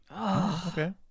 Okay